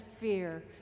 fear